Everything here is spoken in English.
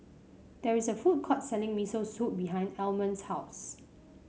there is a food court selling Miso Soup behind Almond's house